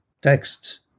texts